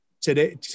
today